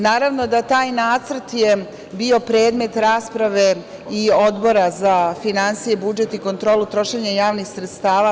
Naravno da je taj nacrt bio predmet rasprave i Odbora za finansije, budžet i kontrolu trošenja javnih sredstava.